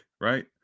right